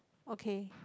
okay